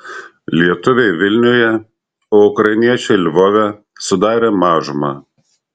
lietuviai vilniuje o ukrainiečiai lvove sudarė mažumą